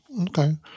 okay